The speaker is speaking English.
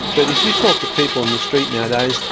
but if you talk to people in the street nowadays,